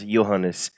Johannes